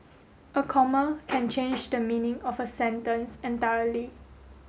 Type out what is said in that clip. a comma can change the meaning of a sentence entirely